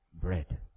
bread